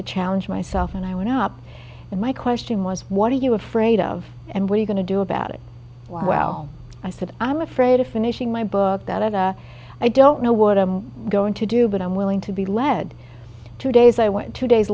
to challenge myself and i went up and my question was what are you afraid of and what you going to do about it well i said i'm afraid of finishing my book that i don't know what i'm going to do but i'm willing to be led two days i went two days